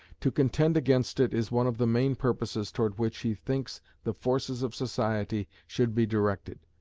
to contend against it is one of the main purposes towards which he thinks the forces of society should be directed.